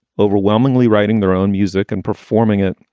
overwhelmingly writing their own music and performing it.